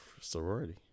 sorority